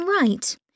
Right